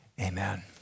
Amen